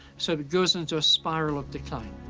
so it goes into a spiral of decline.